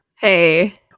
hey